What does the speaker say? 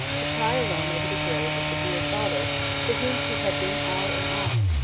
to cry alone over the grave of the dear father to whom she had been all in all,